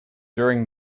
during